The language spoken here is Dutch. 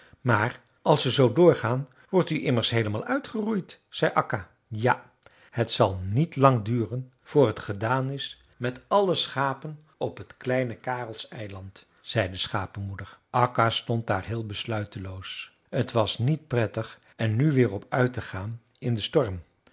maar als ze zoo doorgaan wordt u immers heelemaal uitgeroeid zei akka ja het zal niet lang duren voor het gedaan is met alle schapen op t kleine karelseiland zei de schapemoeder akka stond daar heel besluiteloos t was niet prettig er nu weer op uit te gaan in den storm